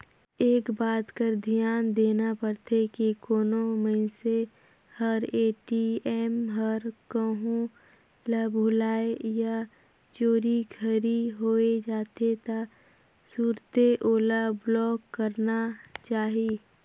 एक बात कर धियान देना परथे की कोनो मइनसे हर ए.टी.एम हर कहों ल भूलाए या चोरी घरी होए जाथे त तुरते ओला ब्लॉक कराना चाही